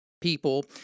people